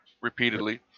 repeatedly